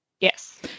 Yes